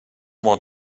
more